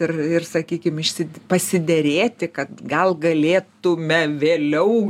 ir ir sakykim išsi pasiderėti kad gal galėtume vėliau